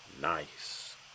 Nice